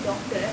well